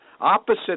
opposite